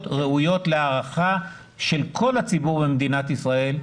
ראויות להערכת כל הציבור במדינת ישראל,